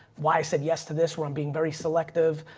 why said yes to this where i'm being very selective.